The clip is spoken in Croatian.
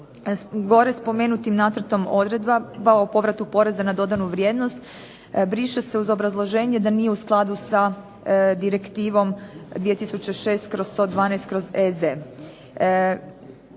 Gore spomenutim nacrtom odredaba o povratu poreza na dodanu vrijednost briše se uz obrazloženje da nije u skladu sa Direktivom 2006/112/EZ.